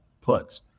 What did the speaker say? puts